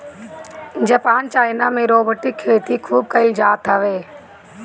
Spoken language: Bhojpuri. जापान चाइना में रोबोटिक खेती खूब कईल जात हवे